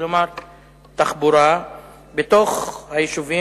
כלומר תחבורה בתוך היישובים,